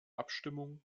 abstimmung